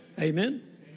Amen